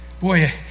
Boy